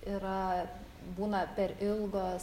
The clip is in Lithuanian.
yra būna per ilgos ir